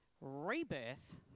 Rebirth